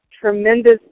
tremendous